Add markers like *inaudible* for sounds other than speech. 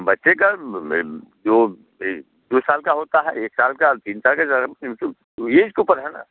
बच्चे का जो एक दो साल का होता है एक साल का और तीन साल के *unintelligible* ऐज के ऊपर है ना